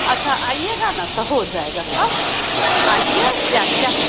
अच्छा आइएगा ना तो हो जाएगा सब आइए क्या क्या